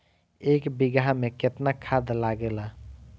एक बिगहा में केतना खाद लागेला?